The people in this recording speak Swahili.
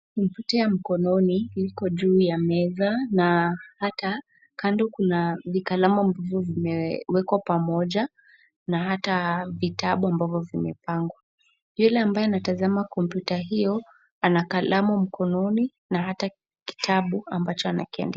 Kompyuta ya mkononi iko juu ya meza na hata kando kuna vikalamu ambavyo vimewekwa pamoja na hata vitabu ambavyo vimepangwa. Yule ambaye anatazama kompyuta hiyo ana kalamu mkononi na hata kitabu ambacho anakiandika.